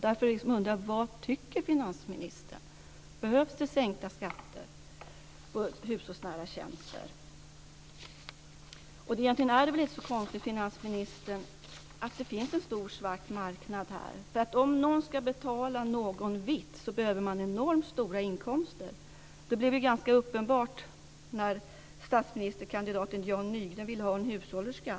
Därför undrar jag vad finansministern tycker. Behövs det sänkta skatter på hushållsnära tjänster? Egentligen är det väl inte så konstigt, finansministern, att det finns en stor svart marknad i detta sammanhang? Om någon ska betala någon vitt så behöver man enormt stora inkomster. Det blev ganska uppenbart när statsministerkandidaten Jan Nygren ville ha en hushållerska.